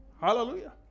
Hallelujah